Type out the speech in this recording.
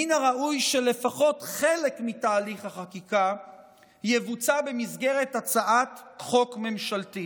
מן הראוי שלפחות חלק מתהליך החקיקה יבוצע במסגרת הצעת חוק ממשלתית.